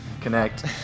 connect